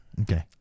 Okay